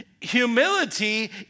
Humility